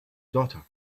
daughter